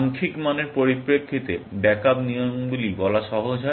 সাংখ্যিক মানের পরিপ্রেক্ষিতে ব্যাকআপ নিয়মগুলি বলা সহজ হয়